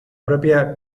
propia